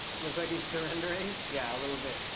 looks like he's surrendering. yeah, a little bit.